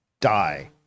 die